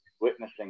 witnessing